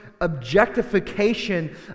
objectification